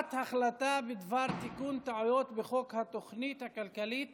הצעת החלטה בדבר תיקון טעויות בחוק התוכנית הכלכלית